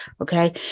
okay